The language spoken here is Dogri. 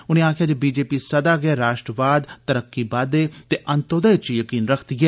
उनें आक्खेआ जे भाजपा सदा गै राश्ट्रवाद तरक्की बाद्दे ते अंतोदय च जकीन रखदी ऐ